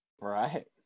Right